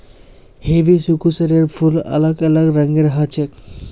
हिबिस्कुसेर फूल अलग अलग रंगेर ह छेक